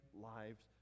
lives